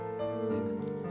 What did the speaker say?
Amen